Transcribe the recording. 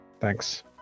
Thanks